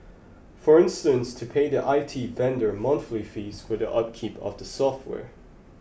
for instance to pay the I T vendor monthly fees for the upkeep of the software